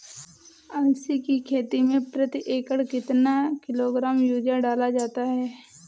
अलसी की खेती में प्रति एकड़ कितना किलोग्राम यूरिया डाला जाता है?